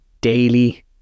daily